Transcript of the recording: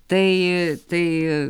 tai tai